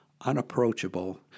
unapproachable